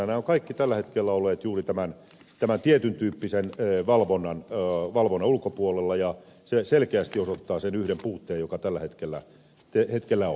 nämä ovat kaikki tällä hetkellä olleet juuri tämän tietyn tyyppisen valvonnan ulkopuolella ja tämä selkeästi osoittaa sen yhden puutteen joka tällä hetkellä on